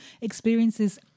experiences